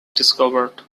discovered